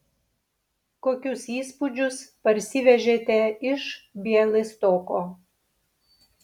kokius įspūdžius parsivežėte iš bialystoko